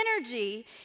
energy